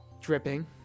dripping